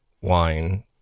wine